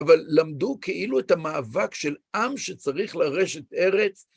אבל למדו כאילו את המאבק של עם שצריך לרשת ארץ.